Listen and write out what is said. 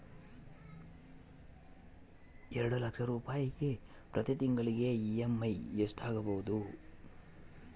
ಎರಡು ಲಕ್ಷ ರೂಪಾಯಿಗೆ ಪ್ರತಿ ತಿಂಗಳಿಗೆ ಇ.ಎಮ್.ಐ ಎಷ್ಟಾಗಬಹುದು?